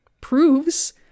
proves